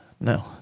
no